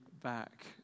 back